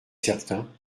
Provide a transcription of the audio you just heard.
certain